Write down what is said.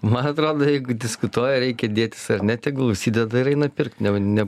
man atrodo jeigu diskutuoja reikia dėtis ar ne tegul užsideda ir eina pirkt ne ne